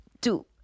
Two